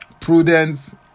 prudence